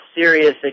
serious